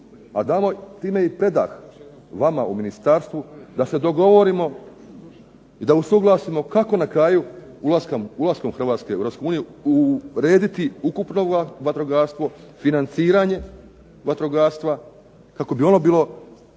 a damo time i predah vama u ministarstvu da se dogovorimo i da usuglasimo kako na kraju ulaskom Hrvatske u Europsku uniju urediti ukupno vatrogastvo, financiranje vatrogastva kako bi ono bilo